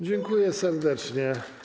Dziękuję serdecznie.